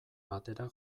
batera